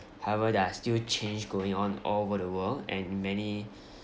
however there are still change going on all over the world and in many